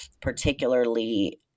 particularly